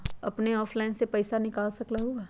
अपने ऑनलाइन से पईसा निकाल सकलहु ह?